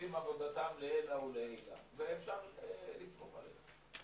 שעושים עבודתם לעילא ולעילא ושאפשר לסמוך עליהם.